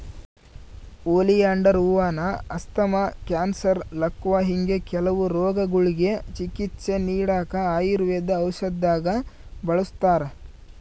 oleander ಹೂವಾನ asthma, cancer, ಲಕ್ವಾ ಹಿಂಗೆ ಕೆಲವು ರೋಗಗುಳ್ಗೆ ಚಿಕಿತ್ಸೆ ನೀಡಾಕ ಆಯುರ್ವೇದ ಔಷದ್ದಾಗ ಬಳುಸ್ತಾರ